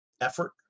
effort